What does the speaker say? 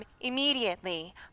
immediately